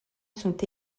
sont